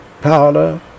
powder